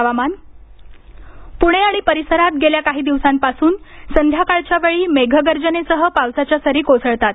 हवामान पुणे आणि परिसरात गेल्या काही दिवसांपासून संध्याकाळच्या वेळी मेघगर्जनेसह पावसाच्या सरी कोसळतात